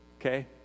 Okay